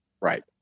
right